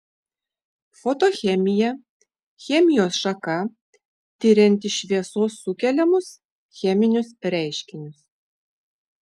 fotochemija chemijos šaka tirianti šviesos sukeliamus cheminius reiškinius